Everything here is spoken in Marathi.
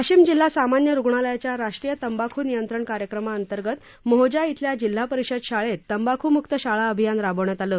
वाशिम जिल्हा सामान्य रुग्णालयाच्या राष्ट्रीय तंबाखू नियंत्रण कार्यक्रम अंतर्गत मोहजा येथील जिल्हा परिषद शाळेत तंबाखूमुक्त शाळा अभियान राबविण्यात आले